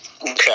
Okay